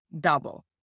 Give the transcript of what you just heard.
double